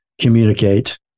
communicate